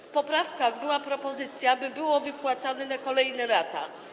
W poprawkach była propozycja, by było to wypłacane na kolejne lata.